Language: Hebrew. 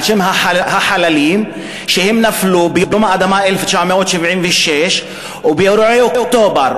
על-שם החללים שנפלו ביום האדמה 1976 ובאירועי אוקטובר.